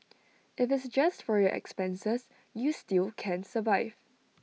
if it's just for your expenses you still can survive